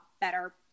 better